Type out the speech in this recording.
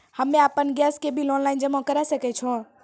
हम्मे आपन गैस के बिल ऑनलाइन जमा करै सकै छौ?